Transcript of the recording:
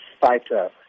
fighter